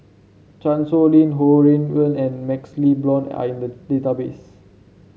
Chan Sow Lin Ho Rui An and MaxLe Blond are in the database